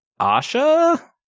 Asha